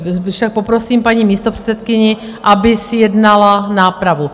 Kdyžtak poprosím paní místopředsedkyni, aby zjednala nápravu.